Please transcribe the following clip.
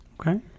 Okay